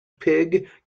pig